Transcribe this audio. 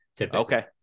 okay